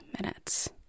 minutes